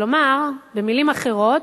כלומר, במלים אחרות,